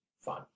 Fun